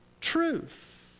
Truth